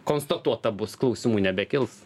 konstatuota bus klausimų nebekils